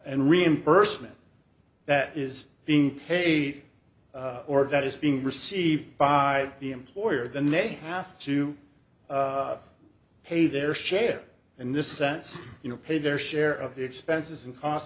and reimbursement that is being paid or that is being received by the employer the navy have to pay their share and this sense you know paid their share of the expenses and costs